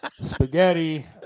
spaghetti